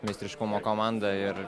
meistriškumo komanda ir